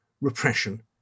repression